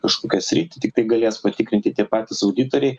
kažkokią sritį tiktai galės patikrinti tie patys auditoriai